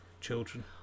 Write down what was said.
children